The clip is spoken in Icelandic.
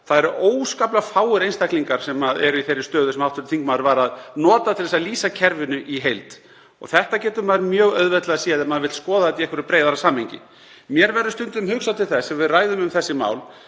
Það eru óskaplega fáir einstaklingar sem eru í þeirri stöðu sem hv. þingmaður notaði til að lýsa kerfinu í heild. Það getur maður mjög auðveldlega séð ef maður vill skoða þetta í breiðara samhengi. Mér verður stundum hugsað til þess þegar við ræðum um þessi mál